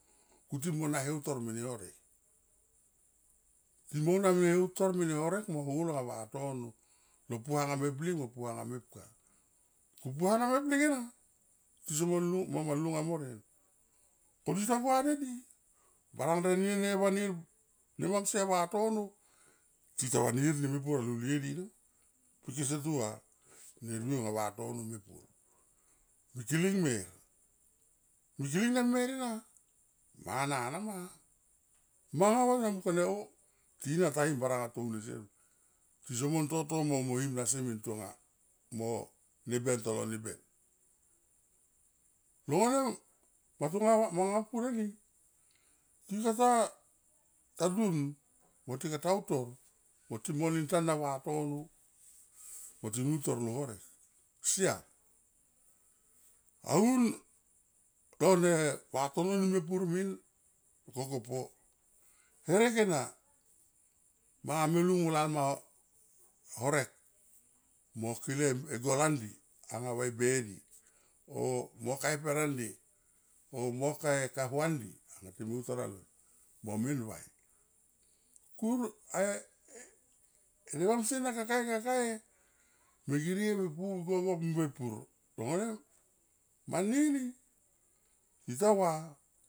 Kuti mo na heutor mene horek, timo na me heutor mene horek mo holo nga vatono lo puanga me blik mo puanga mepka, ko puana meblik ena tiso moa lulung mo moma lulunga mo rien ko seta ko gua dedi baranga de nge, nge vanir nemamsie anga vatono tita vanir ni mepur alulie di nama pe kese tu va nevriou anga vatono mepun mi kiling mer, mikiling na mer ena mana nama manga ta mungkone o ting ta him baranga to un desier ti somon toto mo, mo him nasi min tonga mo neban tolo neban. Long vanem matonga va manga pur eni tika ta dun mo tikata utor mo ti monin tana vatono mo tin nutor lo horek siam aun lo ne vatono ni mepur min kokopo herek ena manga me lung mo lalma horek mo kil e gol andi anga va e be di o mo ka e per andi o mo ka e ka huandi anga time utor aloi mo men vai kur e nemamsie na kakae, kakae me girie mepu go, go mepur long vanem man nini tita va.